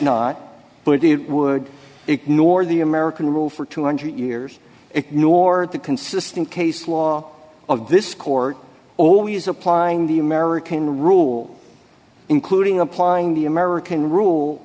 not but it would ignore the american rule for two hundred years ignored the consistent case law of this court always applying the american rule including applying the american rule